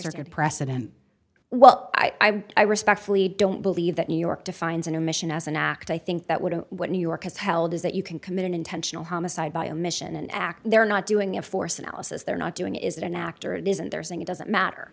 circuit precedent well i i respectfully don't believe that new york defines an omission as an act i think that would what new york has held is that you can commit an intentional homicide by omission an act they're not doing a force analysis they're not doing is it an act or it isn't they're saying it doesn't matter